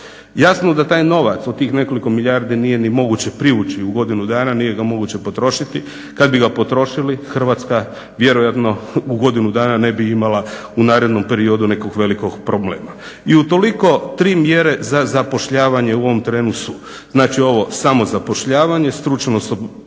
Jasno da taj novac od tih nekoliko milijardi nije ni moguće privući u godinu dana, nije ga moguće potrošiti. Kad bi ga potrošili Hrvatska vjerojatno u godinu dana ne bi imala u narednom periodu nekog velikog problema. I utoliko tri mjere za zapošljavanje u ovom trenu su znači ovo samozapošljavanje, stručno osposobljavanje